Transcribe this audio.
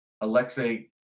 Alexei